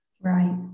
right